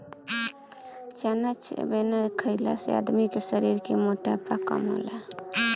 चना चबेना खईला से आदमी के शरीर के मोटापा कम होला